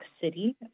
city